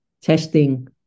testing